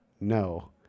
No